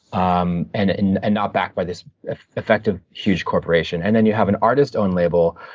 um and and and not backed by this effective huge corporation. and then you have an artist owned label,